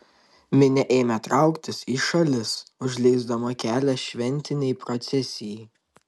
minia ėmė trauktis į šalis užleisdama kelią šventinei procesijai